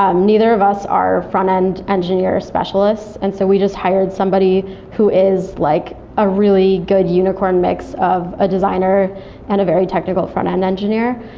um neither of us are front-end engineer specialists. and so we just hired somebody who is like a really good unicorn mix of a designer and a very technical front-end engineer.